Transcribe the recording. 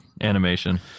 animation